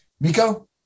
Miko